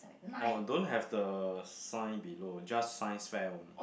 oh don't have the sign below just science fair only